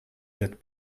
that